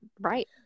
Right